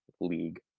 league